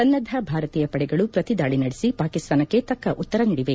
ಸನ್ನದ್ದ ಭಾರತೀಯ ಪಡೆಗಳು ಪ್ರತಿದಾಳಿ ನಡೆಸಿ ಪಾಕಿಸ್ತಾನಕ್ಕೆ ತಕ್ಷ ಉತ್ತರ ನೀಡಿವೆ